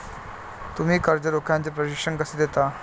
तुम्ही कर्ज रोख्याचे प्रशिक्षण कसे देता?